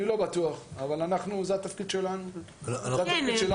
אני לא בטוח, אבל זה התפקיד שלנו, לפקח.